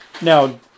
Now